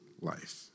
life